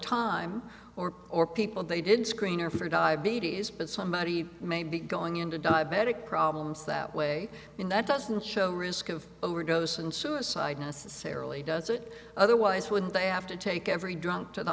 time or or people they didn't screen or for diabetes but somebody may be going into diabetic problems that way when that doesn't show risk of overdose and suicide necessarily does it otherwise wouldn't they have to take every drunk to the